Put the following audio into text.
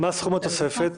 מה סכום התוספת?